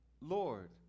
Lord